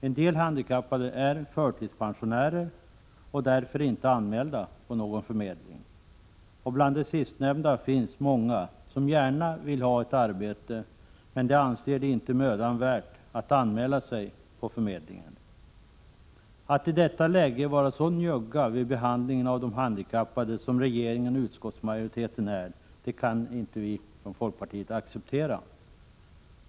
Somliga handikappade är förtidspensionärer och är därför inte anmälda på någon förmedling. Bland de sistnämnda finns många som gärna vill ha ett arbete men som inte anser det mödan värt att anmäla sig på förmedlingarna. Att i detta läge vara så njugga vid behandlingen av de handikappade som regeringen och utskottsmajoriteten är kan inte folkpartiet acceptera.